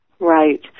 right